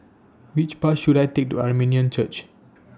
Which Bus should I Take to Armenian Church